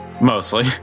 mostly